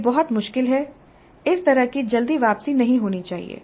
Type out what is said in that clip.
यह बहुत मुश्किल है इस तरह की जल्दी वापसी नहीं होनी चाहिए